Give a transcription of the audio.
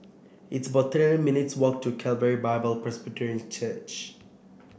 it's about thirty nine minutes' walk to Calvary Bible Presbyterian Church